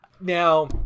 Now